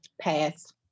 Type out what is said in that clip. Pass